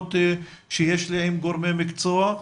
משיחות שיש לי עם גורמי מקצוע,